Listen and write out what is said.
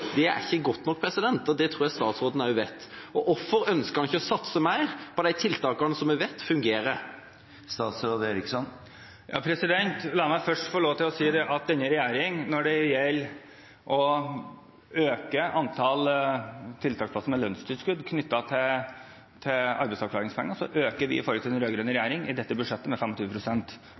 Det er ikke godt nok, og det tror jeg statsråden også vet. Hvorfor ønsker han ikke å satse mer på de tiltakene som vi vet fungerer? La meg først få lov til å si at denne regjeringen når det gjelder antall tiltaksplasser med lønnstilskudd knyttet til arbeidsavklaringspenger, har en økning i forhold til den rød-grønne regjeringen i dette budsjettet på 25 pst. Jeg tror det er viktig med